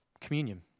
communion